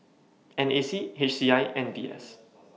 NAC HCI and VS